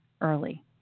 early